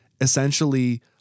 essentially